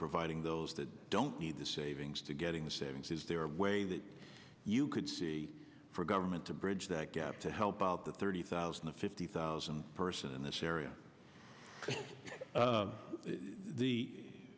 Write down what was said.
providing those that don't need the savings to getting the savings is there a way that you could see for government to bridge that gap to help out the thirty thousand to fifty thousand person in this area